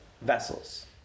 vessels